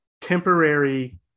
temporary